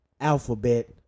alphabet